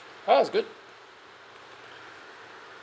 oh it's good